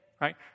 right